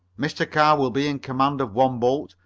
mr. carr will be in command of one boat,